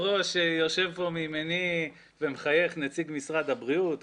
יושב מימיני נציג משרד הבריאות והוא מחייך.